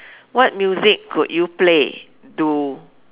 what music could you play to